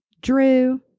Drew